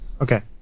Okay